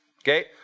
Okay